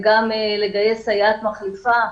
וקיים קושי לגייס סייעת מחליפה.